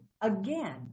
again